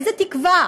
איזו תקווה?